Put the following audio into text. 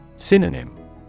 Synonym